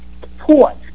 support